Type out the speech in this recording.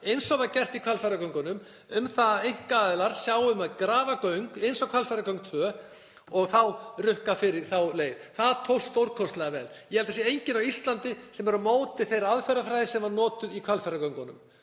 eins og var gert í Hvalfjarðargöngunum, að einkaaðilar sjái um að grafa göng eins og Hvalfjarðargöng 2 og þá rukka fyrir þá leið. Það tókst stórkostlega vel. Ég held að það séu engir á Íslandi sem eru á móti þeirri aðferðafræði sem var notuð í Hvalfjarðargöngunum.